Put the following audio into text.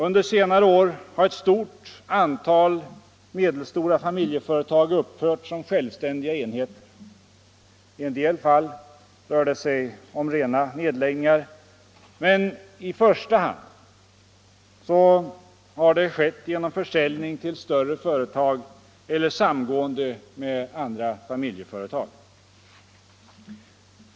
Under senare år har ett stort antal medelstora familjeföretag upphört som självständiga enheter. I en del fall rör det sig om rena nedläggningar, men i första hand är det fråga om försäljning till större företag eller samgående med andra familjeföretag.